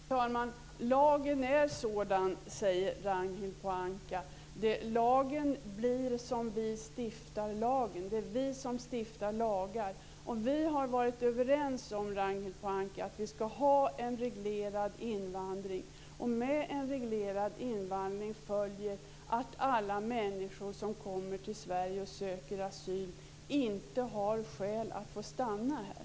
Fru talman! Lagen är sådan, säger Ragnhild Pohanka. Lagen blir som vi stiftar lagen. Det är vi som stiftar lagar. Vi har varit överens om, Ragnhild Pohanka, att vi skall ha en reglerad invandring. Med en reglerad invandring följer att alla människor som kommer till Sverige och söker asyl inte har skäl att få stanna här.